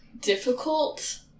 difficult